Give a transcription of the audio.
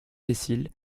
cécile